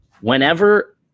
Whenever